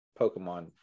Pokemon